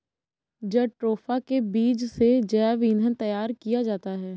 jatropha के बीज से जैव ईंधन तैयार किया जाता है